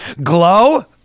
Glow